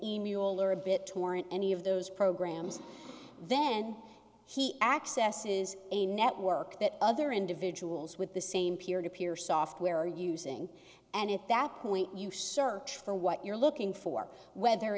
alert a bit torrent any of those programs then he accesses a network that other individuals with the same peer to peer software are using and at that point you search for what you're looking for whether